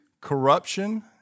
Corruption